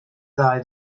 ddau